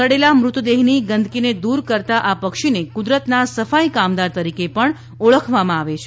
સડેલા મૃતદેહની ગંદકીને દૂર કરતા આ પક્ષીને સફાઈ કામદાર તરીકે પણ ઓળખવામાં આવે છે